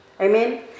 Amen